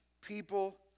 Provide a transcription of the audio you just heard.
people